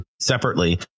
separately